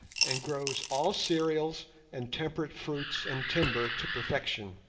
and grows all cereals and temperate fruits and timber to perfection